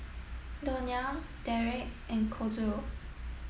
Donnell Dereck and Kazuo